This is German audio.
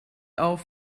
auf